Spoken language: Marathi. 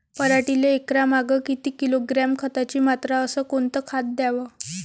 पराटीले एकरामागं किती किलोग्रॅम खताची मात्रा अस कोतं खात द्याव?